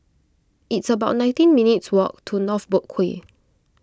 it's about nineteen minutes' walk to North Boat Quay